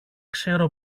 ξέρω